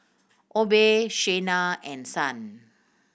Obe Shayna and Son